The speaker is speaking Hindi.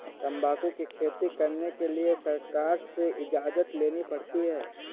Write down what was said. तंबाकू की खेती करने के लिए सरकार से इजाजत लेनी पड़ती है